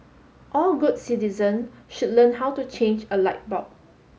all good citizen should learn how to change a light bulb